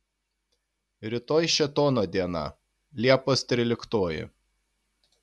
rytoj šėtono diena liepos tryliktoji